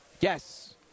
Yes